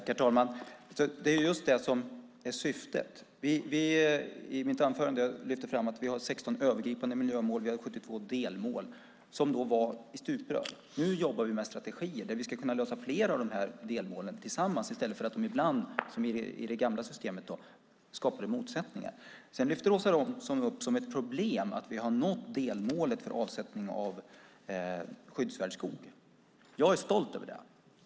Herr talman! Det är just det som är syftet. I mitt anförande lyfte jag fram att vi har 16 övergripande miljömål. Vi har 72 delmål, som då var i stuprör. Nu jobbar vi med strategier där vi ska kunna lösa fler av de här delmålen tillsammans. I det gamla systemet skapades det i stället ibland motsättningar. Sedan lyfter Åsa Romson upp som ett problem att vi har nått delmålet för avsättning av skyddsvärd skog. Jag är stolt över det.